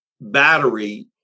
battery